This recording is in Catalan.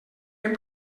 hem